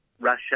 Russia